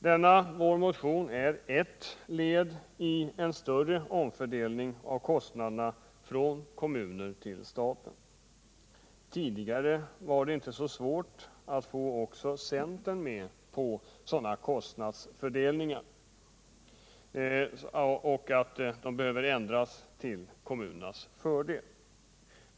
Denna vår motion är ett led i en större omfördelning av kostnaderna från kommunerna till staten. Tidigare var det inte så svårt att få också centern med på att kostnadsfördelningen behöver ändras till kommunernas fördel.